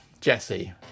Jesse